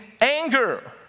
anger